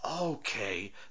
okay